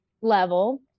level